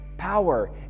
power